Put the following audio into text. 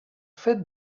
fet